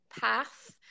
path